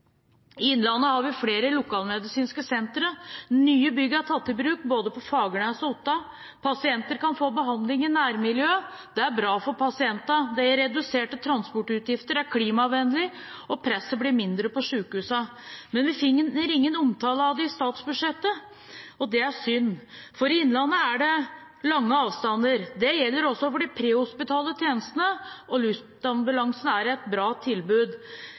Sykehuset Innlandet har vi flere lokalmedisinske senter – nye bygg er tatt i bruk både på Fagernes og Otta, og pasienter kan få behandling i nærmiljøet. Det er bra for pasientene, det reduserer transportutgifter, det er klimavennlig, og presset blir mindre på sykehusene. Men vi finner ingen omtale av det i statsbudsjettet, og det er synd, for i Sykehuset Innlandet er det lange avstander. Det gjelder også for de prehospitale tjenestene, og luftambulansen er et bra tilbud.